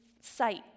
sight